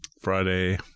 Friday